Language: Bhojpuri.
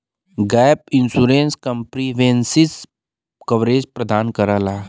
गैप इंश्योरेंस कंप्रिहेंसिव कवरेज प्रदान करला